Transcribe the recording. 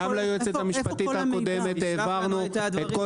גם ליועצת המשפטית הקודמת העברנו את כל